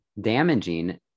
damaging